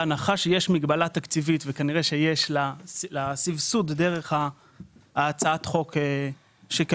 בהנחה שיש מגבלה תקציבית וכנראה שיש סבסוד דרך הצעת חוק שקיימת,